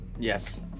Yes